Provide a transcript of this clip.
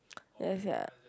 ya sia